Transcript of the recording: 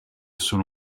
sono